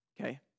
Okay